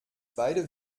beide